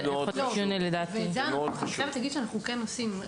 את זה תדעי שאנחנו כן עושים.